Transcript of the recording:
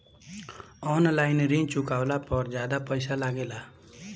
आन line ऋण चुकावे पर ज्यादा पईसा लगेला?